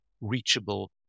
reachable